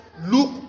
look